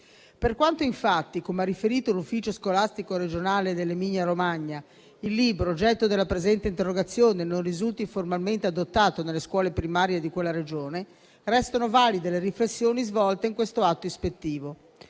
Per quanto infatti, come ha riferito l'Ufficio scolastico regionale dell'Emilia-Romagna, il libro oggetto della presente interrogazione non risulti formalmente adottato nelle scuole primarie di quella Regione, restano valide le riflessioni svolte in questo atto ispettivo.